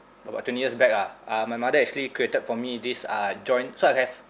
about twenty years back ah uh my mother actually created for me this uh joint so I have